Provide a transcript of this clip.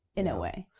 in a way.